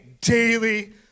daily